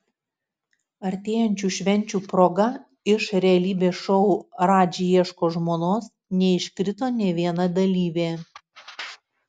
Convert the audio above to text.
artėjančių švenčių proga iš realybės šou radži ieško žmonos neiškrito nė viena dalyvė